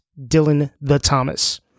DylanTheThomas